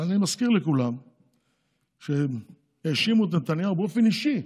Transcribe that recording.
אבל אני מזכיר לכולם שהאשימו את נתניהו באופן אישי,